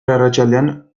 arratsaldean